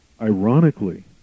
Ironically